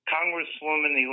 Congresswoman